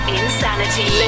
insanity